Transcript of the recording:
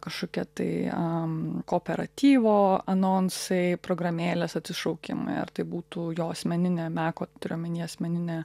kažkokia tai a kooperatyvo anonsai programėlės atsišaukimai ar tai būtų jo asmeninė meko turiu omeny asmeninė